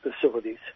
facilities